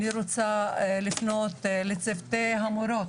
אני רוצה לפנות לצוותי המורות,